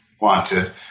wanted